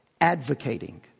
advocating